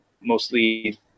mostly